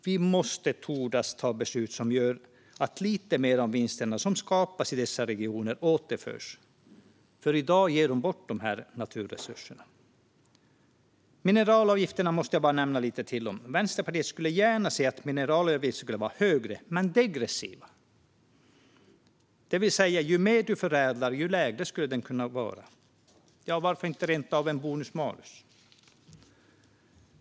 Vi måste våga fatta beslut som gör att lite mer av vinsterna som skapas i dessa regioner återförs till landsbygden, för i dag ger man bort dessa naturresurser. Mineralavgiften måste jag bara nämna lite till. Vänsterpartiet skulle gärna se att mineralavgiften skulle vara högre men degressiv, det vill säga att ju mer man förädlar, desto lägre skulle den kunna vara. Varför inte rent av en bonus-malus?